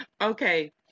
Okay